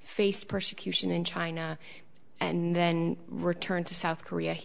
face persecution in china and then returned to south korea he